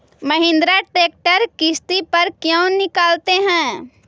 Mahindra tractor किसति पर क्यों निकालते हैं?